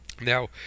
Now